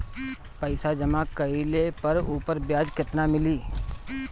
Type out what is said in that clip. पइसा जमा कइले पर ऊपर ब्याज केतना मिली?